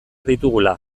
ditugula